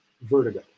vertigo